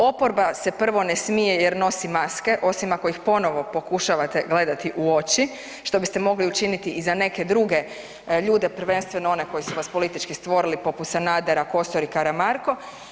Oporba se prvo ne smije jer nosi maske, osim ako ih ponovo pokušavate gledati u oči, što biste mogli učiniti i za neke druge ljude, prvenstveno one koji su vas politički stvorili poput Sanadera, Kosor i Karamarko.